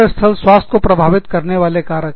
कार्य स्थल स्वास्थ्य को प्रभावित करने वाले कारक